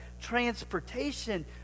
transportation